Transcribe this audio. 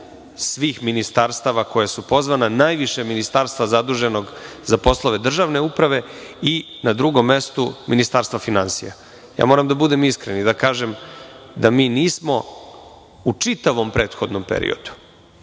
svih ministarstava koja su pozvana, najviše ministarstva zaduženog za poslove državne uprave i na drugom mestu Ministarstva finansija. Moram da budem iskren i da kažem da nismo u čitavom prethodnom periodu,